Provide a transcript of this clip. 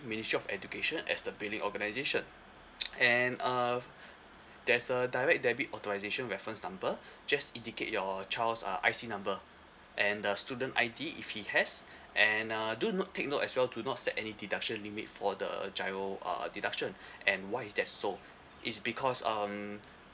ministry of education as the billing organisation and uh there's a direct debit authorisation reference number just indicate your child's uh I_C number and the student I_D if he has and uh do note take note as well to not set any deduction limit for the GIRO uh deduction and why is that so it's because um